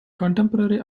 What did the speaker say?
contemporary